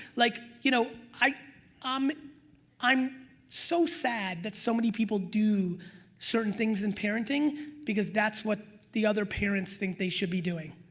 like you know, um i'm so sad that so many people do certain things in parenting because that's what the other parents think they should be doing.